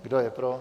Kdo je pro?